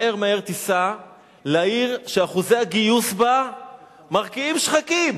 מהר-מהר תיסע לעיר שאחוזי הגיוס בה מרקיעים שחקים.